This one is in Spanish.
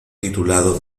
titulado